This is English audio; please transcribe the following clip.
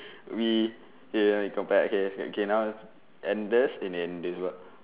we K now you come back okay K now Andes in this what